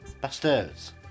Bastards